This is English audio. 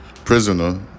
Prisoner